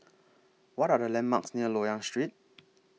What Are The landmarks near Loyang Street